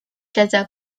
casa